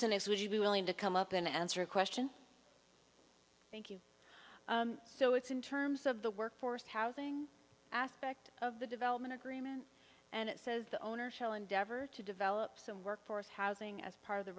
in is would you be willing to come up and answer a question thank you so it's in terms of the workforce housing aspect of the development agreement and it says the owner shall endeavor to develop some workforce housing as part of the